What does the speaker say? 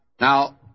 Now